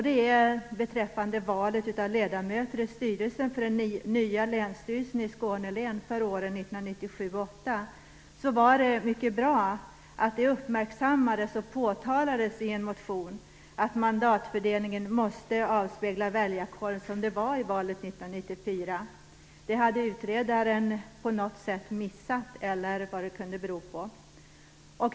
Det gäller valet av ledamöter till styrelsen för den nya länsstyrelsen i Skåne län för 1997 och 1998. Det var mycket bra att det uppmärksammades och påtalades i en motion att mandatfördelningen måste avspegla väljarkåren som den var i valet 1994. Det hade utredaren på något sätt missat, eller vad det nu kunde bero på.